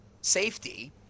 safety